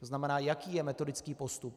To znamená, jaký je metodický postup?